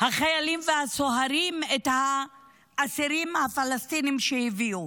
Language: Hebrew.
החיילים והסוהרים את האסירים הפלסטינים שהביאו,